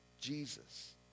Jesus